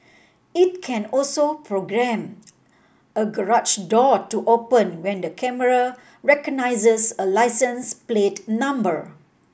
it can also programme a garage door to open when the camera recognises a license plate number